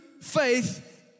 faith